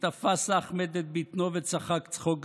תפס אחמד את בטנו וצחק צחוק גדול.